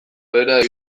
behera